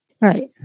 Right